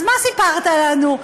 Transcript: אז מה סיפרת לנו?